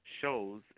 shows